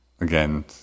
again